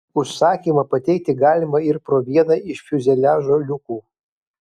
užsakymą pateikti galima ir pro vieną iš fiuzeliažo liukų